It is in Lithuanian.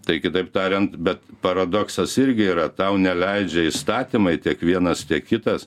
tai kitaip tariant bet paradoksas irgi yra tau neleidžia įstatymai tiek vienas tiek kitas